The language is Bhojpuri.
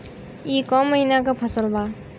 ई क महिना क फसल बा?